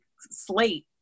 slate